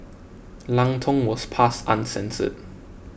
Lang Tong was passed uncensored